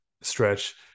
stretch